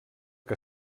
que